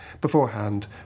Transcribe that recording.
beforehand